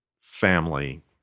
family